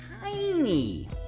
tiny